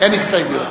אין הסתייגויות.